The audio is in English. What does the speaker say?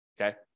okay